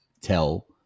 tell